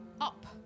up